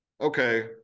okay